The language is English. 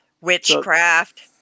Witchcraft